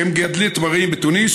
כמגדלי תמרים בתוניס,